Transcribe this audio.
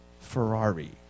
Ferrari